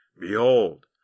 Behold